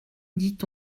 dit